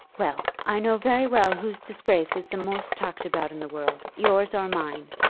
well, i know very well whose disgrace is the most talked about in the world, yours or mine.